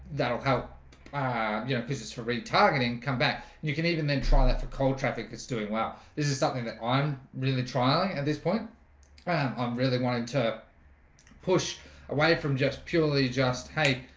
that'll help ah you know, this is for retargeting come back. you can even then try that for cold traffic that's doing well this is something that i'm really trying at and this point i'm really wanting to push away from just purely just hey,